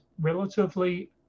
relatively